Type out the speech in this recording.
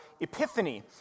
Epiphany